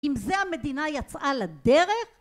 עם זה המדינה יצאה לדרך